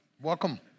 Welcome